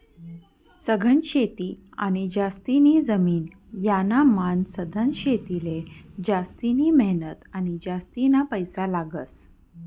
सघन शेती आणि जास्तीनी जमीन यानामान सधन शेतीले जास्तिनी मेहनत आणि जास्तीना पैसा लागस